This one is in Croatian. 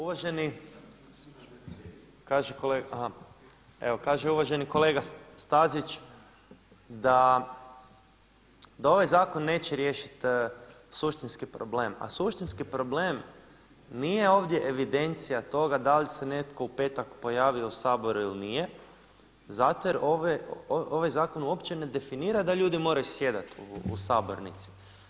Uvaženi evo kaže uvaženi kolega Stazić da ovaj zakon neće riješiti suštinski problem, a suštinski problem nije ovdje evidencija toga da li se netko u petak pojavio u Saboru ili nije zato jer ovaj zakon uopće ne definira da ljudi moraju sjediti u sabornici.